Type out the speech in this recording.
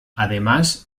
además